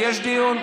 יש דיון,